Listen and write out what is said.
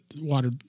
water